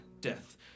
Death